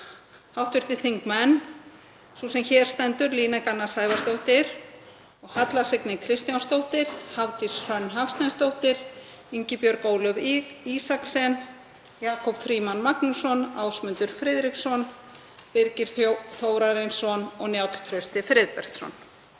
eru sú sem hér stendur, Líneik Anna Sævarsdóttir, Halla Signý Kristjánsdóttir, Hafdís Hrönn Hafsteinsdóttir, Ingibjörg Ólöf Isaksen, Jakob Frímann Magnússon, Ásmundur Friðriksson, Birgir Þórarinsson og Njáll Trausti Friðbertsson.